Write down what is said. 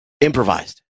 improvised